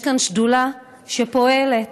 יש כאן שדולה שפועלת,